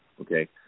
Okay